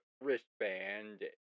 wristband